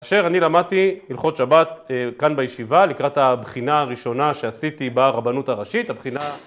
כאשר אני למדתי הלכות שבת כאן בישיבה, לקראת הבחינה הראשונה שעשיתי ברבנות הראשית, הבחינה...